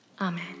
Amen